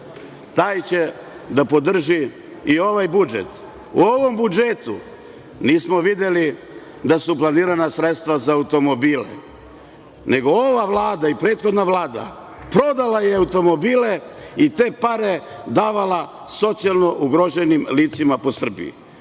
taj će da podrži i ovaj budžet. U ovom budžetu nismo videli da su planirana sredstva za automobile, nego ova Vlada i prethodna Vlada prodala je automobile i te pare davala socijalno ugroženim licima po Srbiji.